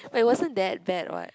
but it wasn't that bad what